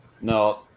No